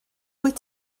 wyt